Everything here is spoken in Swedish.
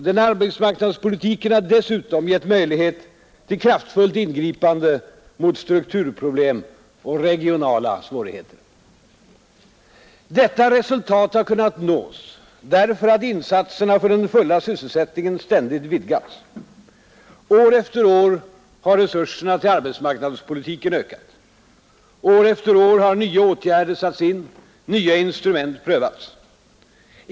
Den arbetsmarknadspolitiken har dessutom gett möjlighet till kraftfullt ingripande mot strukturproblem och regionala svårigheter. Detta resultat har kunnat nås därför att insatserna för den fulla sysselsättningen ständigt vidgats. År efter år har resurserna till arbetsmarknadspolitiken ökat. År efter år har nya åtgärder satts in, nya instrument prövats.